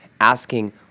asking